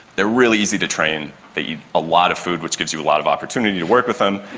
they are really easy to train. they eat a lot of food, which gives you a lot of opportunity to work with them,